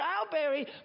strawberry